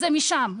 זה משם,